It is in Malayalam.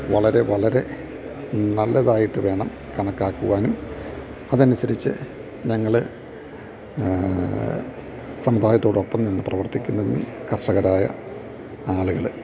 വളരെ വളരെ നല്ലതായിട്ട് വേണം കണക്കാക്കുവാനും അതനുസരിച്ച് ഞങ്ങള് സമുദായത്തോടൊപ്പം നിന്ന് പ്രവർത്തിക്കുന്നതിന് കർഷകരായ ആളുകള്